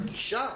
גישה?